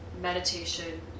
Meditation